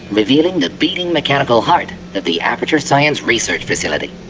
revealing the beating mechanical heart of the aperture science research facility!